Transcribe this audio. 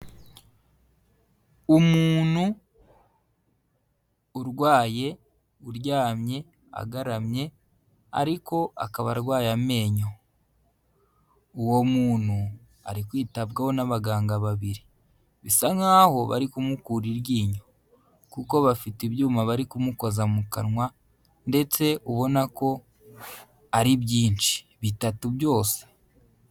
Umuntu urwaye uryamye agaramye ariko akaba arwaye amenyo, uwo muntu ari kwitabwaho n'abaganga babiri, bisa nkaho bari kumukura iryinyo kuko bafite ibyuma bari kumukoza mu kanwa ndetse ubona ko ari byinshi, bitatu byose.